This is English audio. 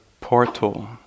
portal